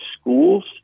schools